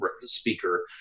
speaker